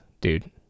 dude